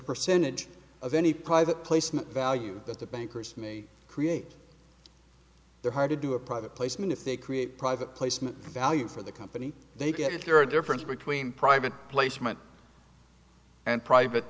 percentage of any private placement value that the bankers may create their hard to do a private placement if they create private placement value for the company they get it you're a difference between private placement and private